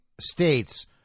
states